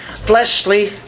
fleshly